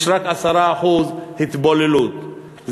יש רק 10% התבוללות,